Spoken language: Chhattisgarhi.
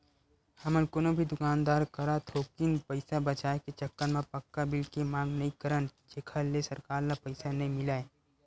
हमन कोनो भी दुकानदार करा थोकिन पइसा बचाए के चक्कर म पक्का बिल के मांग नइ करन जेखर ले सरकार ल पइसा नइ मिलय